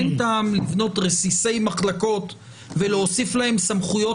אין טעם לבנות רסיסי מחלקות ולהוסיף להן סמכויות